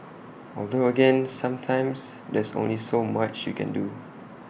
although again sometimes there's only so much you can do